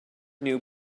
knew